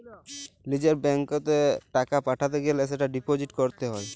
লিজের ব্যাঙ্কত এ টাকা পাঠাতে গ্যালে সেটা ডিপোজিট ক্যরত হ্য়